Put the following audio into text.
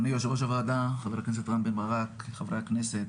במעמד המכובד הזה.